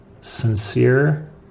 sincere